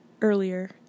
earlier